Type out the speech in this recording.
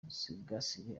dusigasire